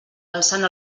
alçant